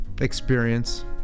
experience